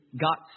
got